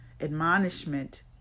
admonishment